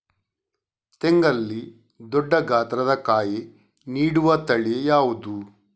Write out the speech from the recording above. ತೆಂಗಲ್ಲಿ ದೊಡ್ಡ ಗಾತ್ರದ ಕಾಯಿ ನೀಡುವ ತಳಿ ಯಾವುದು?